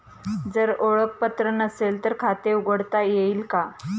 जर ओळखपत्र नसेल तर खाते उघडता येईल का?